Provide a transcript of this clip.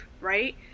right